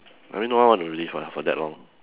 I think no one want to live ah for that long